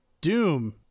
Doom